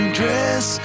dress